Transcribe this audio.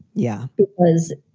yeah, it was.